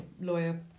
lawyer